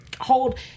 hold